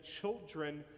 children